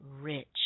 rich